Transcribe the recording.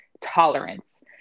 tolerance